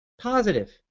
positive